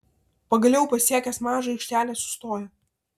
pagaliau pasiekęs mažą aikštelę sustojo